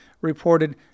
reported